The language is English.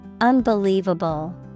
Unbelievable